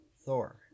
Thor